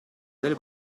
del